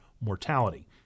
mortality